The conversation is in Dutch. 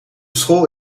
school